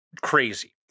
crazy